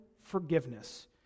forgiveness